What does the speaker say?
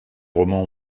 romans